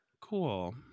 cool